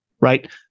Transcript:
right